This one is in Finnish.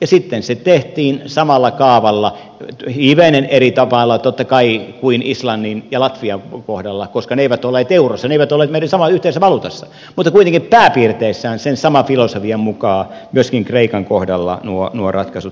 ja sitten se tehtiin samalla kaavalla hivenen eri tavalla totta kai kuin islannin ja latvian kohdalla koska ne eivät olleet eurossa ne eivät olleet samassa yhteisessä valuutassa mutta kuitenkin pääpiirteissään sen saman filosofian mukaan myöskin kreikan kohdalla nuo ratkaisut sitten tehtiin